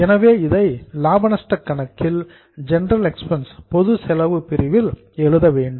எனவே இதை லாப நஷ்டக் கணக்கில் ஜெனரல் எக்ஸ்பென்ஸ் பொது செலவு பிரிவில் எழுத வேண்டும்